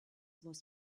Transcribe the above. was